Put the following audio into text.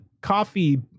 coffee